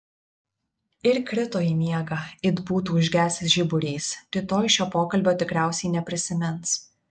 ir krito į miegą it būtų užgesęs žiburys rytoj šio pokalbio tikriausiai neprisimins